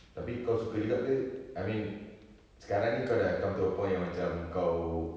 tapi kau suka juga ke I mean sekarang ni kau dah come to a point yang macam kau